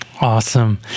Awesome